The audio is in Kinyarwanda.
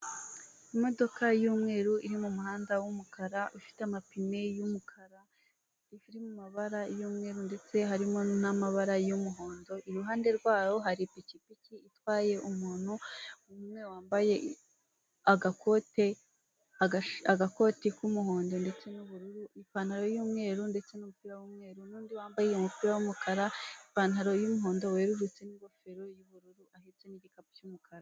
Imodoka y’umweru iri mu muhanda wumukara ifite amapine y'umukara, iri mu mabara yu'mweru ndetse harimo n'mabara y'umuhondo, iruhande rwayo hari ipikipiki itwaye umuntu umwe wambaye agakote k'umuhondo ndetse n'ubururu, ipantaro y'umweru ndetse numupira w'umweru n'undi wambaye umupira wumukara ipantaro y'umuhondo werurutse n'ingofero y'ubururu ahetse n'igikapu cy'umukara.